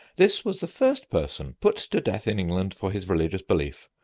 this was the first person put to death in england for his religious belief,